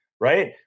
right